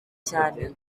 cyane